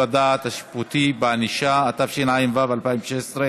הדעת השיפוטי מייצרת מצבים שאינם צודקים.